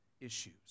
issues